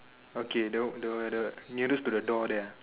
okay the the the nearest to the door there ah